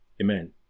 Amen